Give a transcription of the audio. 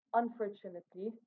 unfortunately